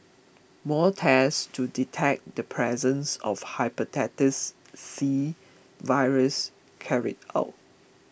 more tests to detect the presence of Hepatitis C virus carried out